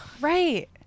Right